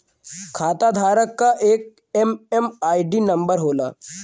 खाताधारक क एक एम.एम.आई.डी नंबर होला